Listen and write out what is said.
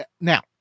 Now